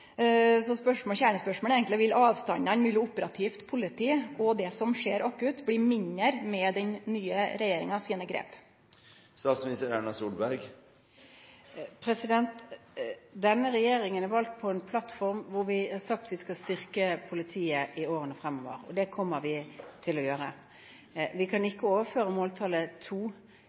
Kjernespørsmålet er eigentleg: Vil avstandane mellom operativt politi og det som skjer akutt, bli mindre med grepa til den nye regjeringa? Denne regjeringen er valgt på en plattform hvor vi har sagt at vi skal styrke politiet i årene fremover, og det kommer vi til å gjøre. Vi kan ikke overføre måltallet to